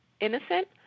innocent